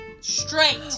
straight